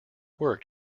worked